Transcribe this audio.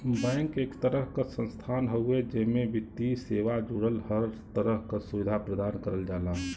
bank एक तरह क संस्थान हउवे जेमे वित्तीय सेवा जुड़ल हर तरह क सुविधा प्रदान करल जाला